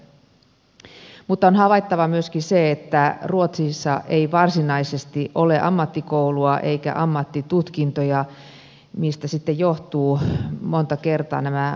mutta on havaittava myöskin se että ruotsissa ei varsinaisesti ole ammattikoulua eikä ammattitutkintoja mistä sitten johtuvat monta kertaa nämä